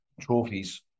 trophies